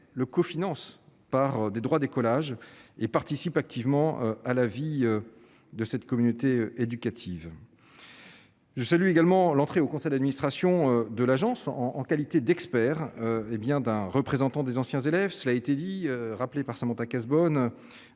le co-finance par des droits des collages et participe activement à la vie de cette communauté éducative. Je salue également l'entrée au conseil d'administration de l'Agence en en qualité d'expert, et bien d'un représentant des anciens élèves, cela a été dit, rappelé par Samantha Cazebonne